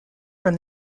from